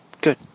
Good